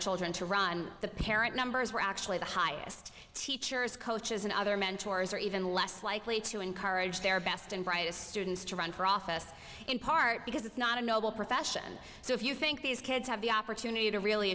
children to run the parent numbers were actually the highest teachers coaches and other mentors are even less likely to encourage their best and brightest students to run for office in part because it's not a noble profession so if you think these kids have the opportunity to really